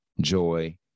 joy